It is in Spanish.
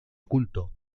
culto